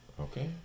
Okay